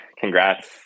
congrats